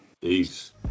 Peace